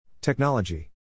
Technology